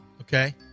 Okay